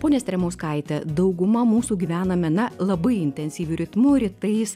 ponia stremauskaite dauguma mūsų gyvename na labai intensyviu ritmu rytais